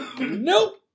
Nope